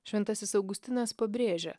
šventasis augustinas pabrėžia